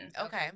Okay